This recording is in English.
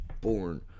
born